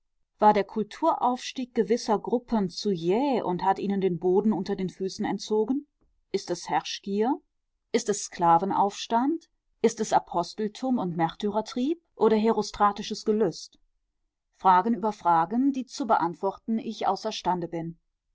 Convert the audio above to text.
war der kulturaufstieg gewisser gruppen zu jäh und hat ihnen den boden unter den füßen entzogen ist es herrschgier ist es sklavenaufstand ist es aposteltum und märtyrertrieb oder herostratisches gelüst fragen über fragen die zu beantworten ich außerstande bin